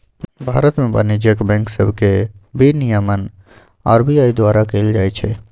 भारत में वाणिज्यिक बैंक सभके विनियमन आर.बी.आई द्वारा कएल जाइ छइ